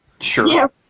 Sure